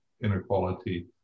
inequality